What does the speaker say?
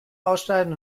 ausschneiden